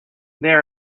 there